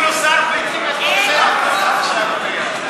זאת שערורייה.